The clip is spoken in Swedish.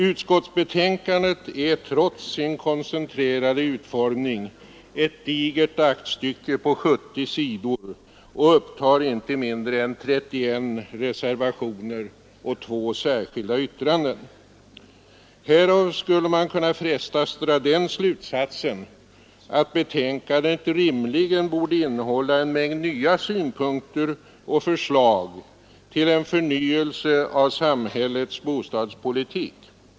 Utskottsbetänkandet är trots sin koncentrerade utformning ett digert aktstycke på 70 sidor och upptar inte mindre än 31 reservationer och 2 särskilda yttranden. Härav skulle man kunna frestas dra den slutsatsen att betänkandet rimligen borde innehålla en mängd nya synpunkter och förslag till en förnyelse av samhällets bostadspolitik.